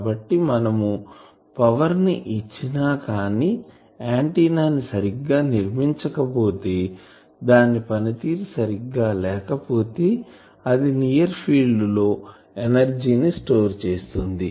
కాబట్టి మనము పవర్ ని ఇచ్చినా కానీ ఆంటిన్నా ని సరిగ్గా నిర్మించకపోతే దాని పనితీరు సరిగ్గా లేకపోతే అది నియర్ ఫీల్డ్ లో ఎనర్జీ ని స్టోర్ చేస్తుంది